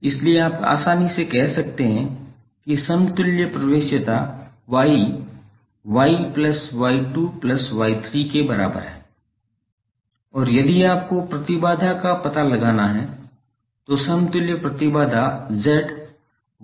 इसलिए आप आसानी से कह सकते हैं कि समतुल्य प्रवेश्यता Y Y1 plus Y2 plus Y3 के बराबर है और यदि आपको प्रतिबाधा का पता लगाना है तो समतुल्य प्रतिबाधा Z 1 by Y होगा